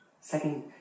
second